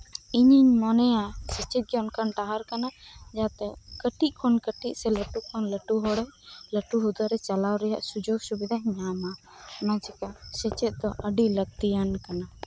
ᱤᱧᱤᱧ ᱢᱚᱱᱮᱭᱟ ᱥᱮᱪᱮᱫ ᱜᱮ ᱚᱱᱠᱟᱱ ᱰᱟᱦᱟᱨ ᱠᱟᱱᱟ ᱡᱟᱦᱟᱸ ᱛᱮ ᱠᱟᱹᱴᱤᱡ ᱠᱷᱚᱱ ᱠᱟᱹᱴᱤᱡ ᱥᱮ ᱞᱟᱹᱴᱩ ᱠᱷᱚᱱ ᱞᱟᱹᱴᱩ ᱦᱚᱲ ᱞᱟᱹᱴᱩ ᱦᱩᱫᱟᱹᱨᱮ ᱪᱟᱞᱟᱣᱨᱮᱭᱟᱜ ᱥᱩᱡᱚᱜ ᱥᱩᱵᱤᱫᱷᱟᱭ ᱧᱟᱢᱟ ᱚᱱᱟ ᱪᱮᱠᱟ ᱥᱮᱪᱮᱫ ᱫᱚ ᱟᱹᱰᱤ ᱞᱟᱹᱠᱛᱤᱭᱟᱱ ᱠᱟᱱᱟ